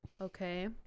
Okay